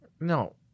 No